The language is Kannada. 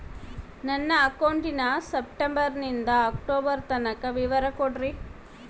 ನನ್ನ ಅಕೌಂಟಿನ ಸೆಪ್ಟೆಂಬರನಿಂದ ಅಕ್ಟೋಬರ್ ತನಕ ವಿವರ ಕೊಡ್ರಿ?